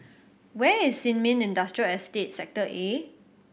where is Sin Ming Industrial Estate Sector A